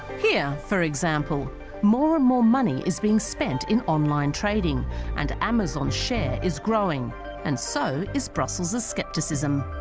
here for example more and more money is being spent in online trading and amazon share is growing and so is brussels as skepticism?